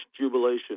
jubilation